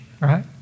right